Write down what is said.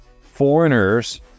foreigners